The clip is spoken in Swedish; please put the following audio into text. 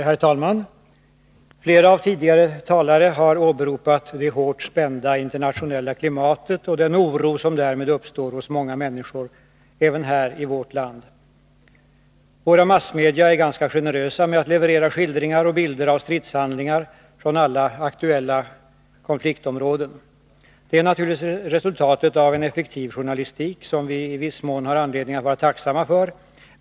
Herr talman! Flera tidigare talare har åberopat det hårt spända internationella klimatet och den oro som därmed uppstår hos många människor, även här i vårt land. Våra massmedia är ganska generösa med att leverera skildringar och bilder av stridshandlingar från alla aktuella konfliktområden. Det är naturligtvis resultatet av en effektiv journalistik som vi i viss mån har anledning att vara tacksamma för.